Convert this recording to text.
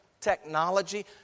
technology